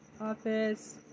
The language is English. office